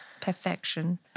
Perfection